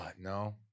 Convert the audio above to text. no